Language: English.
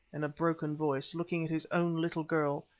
in a broken voice, looking at his own little girl,